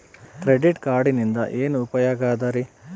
Credit ಕಾರ್ಡಿನಿಂದ ಏನು ಉಪಯೋಗದರಿ?